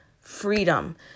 freedom